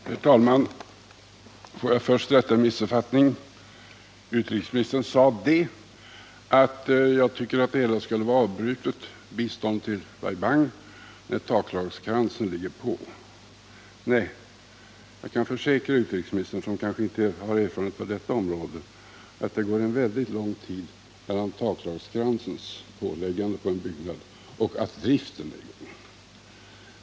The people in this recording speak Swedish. Herr talman! Får jag först rätta en missuppfattning. Utrikesministern sade att jag anser att biståndet till Bai Bang skall avbrytas när taklagskransen ligger på. Nej, det anser jag inte. Jag kan försäkra utrikesministern, som kanske inte har erfarenhet från detta område, att det går lång tid mellan taklagskransens påläggande på en byggnad och tidpunkten då driften är i gång.